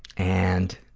and